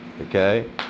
okay